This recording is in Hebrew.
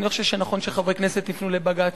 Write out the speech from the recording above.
אני לא חושב שנכון שחברי כנסת יפנו לבג"ץ,